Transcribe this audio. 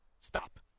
Stop